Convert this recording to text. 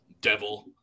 Devil